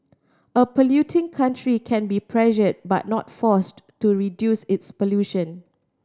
a polluting country can be pressured but not forced to reduce its pollution